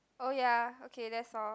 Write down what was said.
oh ya okay that's all